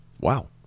Wow